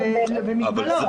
אבל במגבלות.